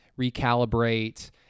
recalibrate